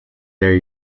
their